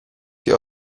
die